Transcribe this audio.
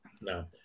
No